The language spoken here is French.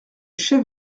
chef